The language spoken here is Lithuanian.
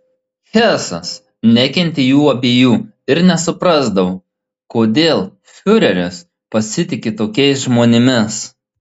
hesas nekentė jų abiejų ir nesuprasdavo kodėl fiureris pasitiki tokiais žmonėmis